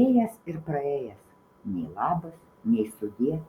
ėjęs ir praėjęs nei labas nei sudie